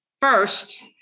first